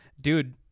dude